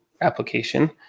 application